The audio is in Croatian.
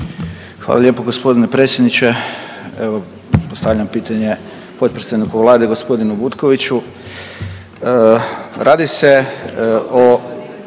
Hvala lijepo gospodine predsjedniče. Evo, postavljam pitanje potpredsjedniku vlade gospodinu Butkoviću. Radi se o